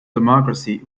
democracy